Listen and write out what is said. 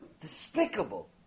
Despicable